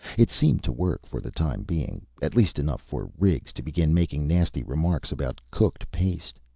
it seemed to work, for the time being at least enough for riggs to begin making nasty remarks about cooked paste.